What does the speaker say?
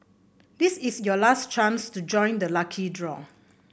this is your last chance to join the lucky draw